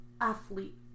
athlete